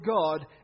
God